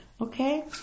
Okay